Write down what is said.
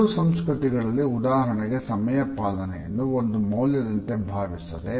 ಕೆಲವು ಸಂಸ್ಕೃತಿಗಳಲ್ಲಿ ಉದಾಹರಣೆಗೆ ಸಮಯ ಪಾಲನೆಯನ್ನು ಒಂದು ಮೌಲ್ಯದಂತೆ ಭಾವಿಸದೆ